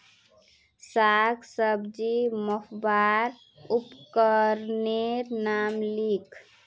साग सब्जी मपवार उपकरनेर नाम लिख?